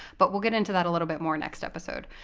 but we'll get into that a little bit more next episode.